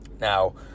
Now